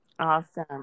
awesome